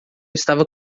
estava